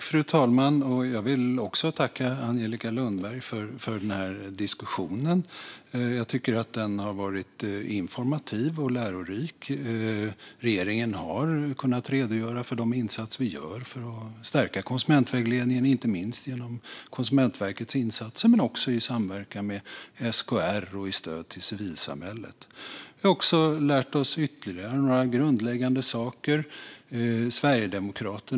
Fru talman! Jag vill tacka Angelica Lundberg för den här diskussionen. Jag tycker att den har varit informativ och lärorik. Jag har kunnat redogöra för de insatser regeringen gör för att stärka konsumentvägledningen, inte minst genom Konsumentverkets insatser men också i samverkan med SKR och genom stöd till civilsamhället. Vi har även lärt oss ytterligare några grundläggande saker om Sverigedemokraterna.